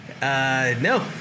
No